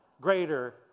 greater